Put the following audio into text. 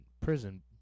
prison